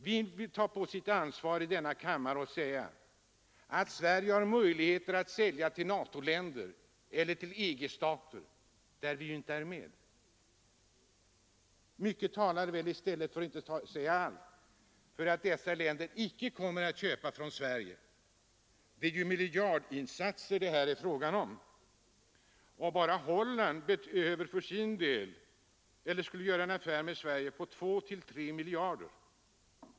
Vem i denna kammare vill ta på sitt ansvar att påstå att Sverige har möjlighet att sälja Viggen till NATO-länder, till stater i EG, där vi inte är med? Mycket — för att inte säga allt — talar i stället för att dessa länder icke kommer att köpa sina plan från Sverige. Det är ju miljardinsatser det är fråga om. Bara Holland skulle för sin del göra inköp för 2—3 miljarder.